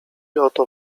oto